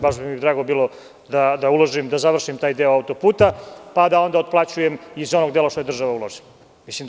Baš bi mi drago bilo da uložim i završim taj deo auto-puta pa da onda isplaćujem iz onog dela što je država uložila.